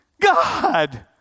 God